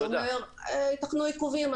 שאומר: ייתכנו עיכובים,